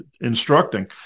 instructing